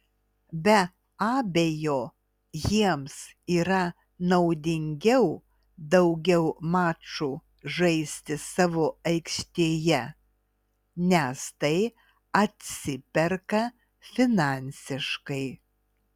be abejo jiems yra naudingiau daugiau mačų žaisti savo aikštėje nes tai atsiperka finansiškai